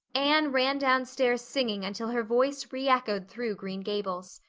anne ran downstairs singing until her voice reechoed through green gables.